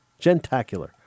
Gentacular